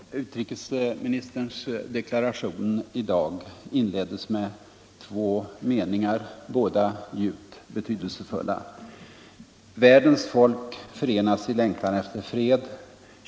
Herr talman! Utrikesministerns deklaration i dag inleddes med två meningar, båda djupt betydelsefulla: ”Världens folk förenas i längtan efter fred.